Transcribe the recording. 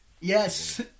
Yes